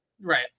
right